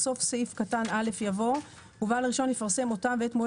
בסוף סעיף קטן (א) יבוא " ובעל הרישיון יפרסם אותם ואת מועד